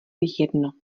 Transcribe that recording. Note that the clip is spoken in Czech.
jedno